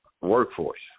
workforce